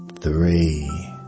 three